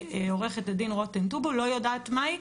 שעורכת הדין רותם טובול לא יודעת מה היא,